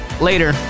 Later